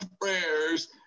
prayers